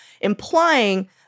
implying